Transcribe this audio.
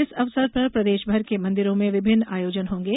इस अवसर पर प्रदेशभर के मंदिरों में विभिन्न आयोजन होंगे